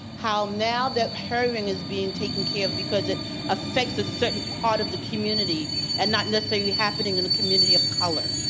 how now that heroin is being taken care of because it affects a certain part of the community and is not necessarily happening in the community of color?